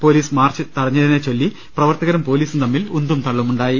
police march തടഞ്ഞതിനെച്ചൊല്ലി പ്രവർ ത്തകരും പൊലീസും തമ്മിൽ ഉന്തും തള്ളുമുണ്ടായി